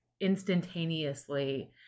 instantaneously